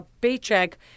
paycheck